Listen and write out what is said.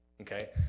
okay